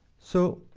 so,